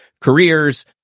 careers